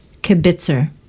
Kibitzer